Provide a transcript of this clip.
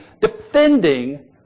defending